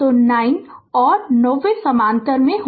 तो 9 और 9 वे समानांतर में हैं